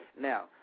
now